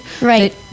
Right